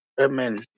Amen